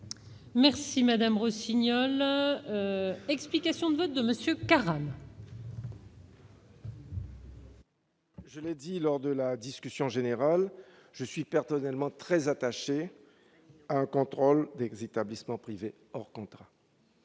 Antoine Karam, pour explication de vote. Comme je l'ai dit lors de la discussion générale, je suis personnellement très attaché au contrôle des établissements privés hors contrat.